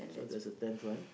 so there's a tenth one